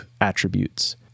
attributes